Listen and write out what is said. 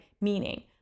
Meaning